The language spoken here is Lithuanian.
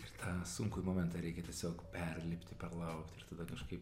ir tą sunkųjį momentą reikia tiesiog perlipti perlaukti ir tada kažkaip